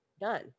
done